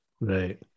right